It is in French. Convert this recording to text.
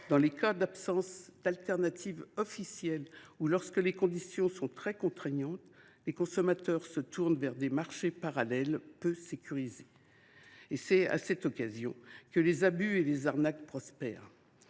personnelles. Faute de solutions officielles ou lorsque les conditions sont très contraignantes, les consommateurs se tournent vers des marchés parallèles peu sécurisés. C’est à cette occasion que les abus et les arnaques prospèrent.